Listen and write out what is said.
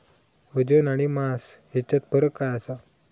वजन आणि मास हेच्यात फरक काय आसा?